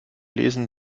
lesen